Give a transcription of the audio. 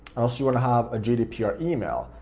also you want to have a gdpr email.